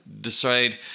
decide